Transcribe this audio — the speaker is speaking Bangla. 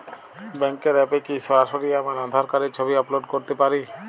ব্যাংকের অ্যাপ এ কি সরাসরি আমার আঁধার কার্ডের ছবি আপলোড করতে পারি?